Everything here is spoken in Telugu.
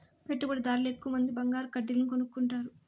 పెట్టుబడిదార్లు ఎక్కువమంది బంగారు కడ్డీలను కొనుక్కుంటారు